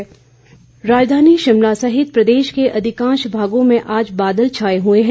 मौसम राजधानी शिमला सहित प्रदेश के अधिकांश भागों में आज बादल छाए हुए हैं